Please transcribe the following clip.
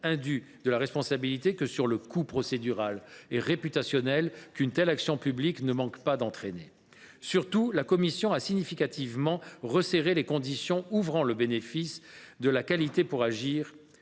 indu de la responsabilité que sur le coût procédural et réputationnel qu’une telle action publique ne manque pas d’entraîner. Surtout, la commission a significativement resserré les conditions d’octroi de la qualité pour agir.